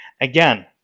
Again